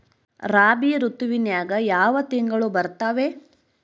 ರಾಬಿ ಋತುವಿನ್ಯಾಗ ಯಾವ ತಿಂಗಳು ಬರ್ತಾವೆ?